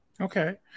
Okay